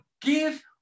give